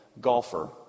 golfer